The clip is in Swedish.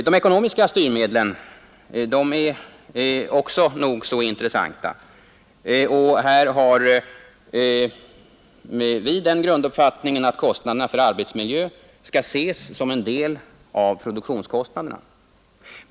De ekonomiska styrmedlen är också nog så intressanta, och vi har den grunduppfattningen att kostnaderna för arbetsmiljön skall ses som en del av produktionskostnaderna.